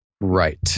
Right